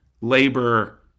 labor